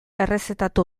errezetatu